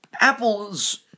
Apple's